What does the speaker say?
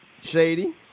Shady